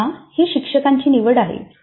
पुन्हा ही शिक्षकाची निवड आहे